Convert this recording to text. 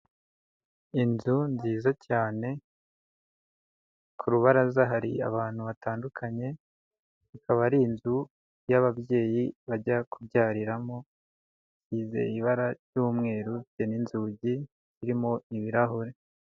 Inzu nziza cyane ku rubaraza hari abantu batandukanye, ikaba ari inzu y'ababyeyi bajya kubyariramo isize ibara ry'umweru ifite n'inzugi zirimo ibirahure.